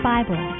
Bible